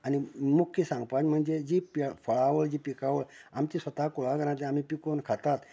आनी मुख्य सांगपा म्हणजे जे जी फळावळ जी पिकावळ आमच्या स्वता कुळागरांनी जे आमी पिकोवन खातात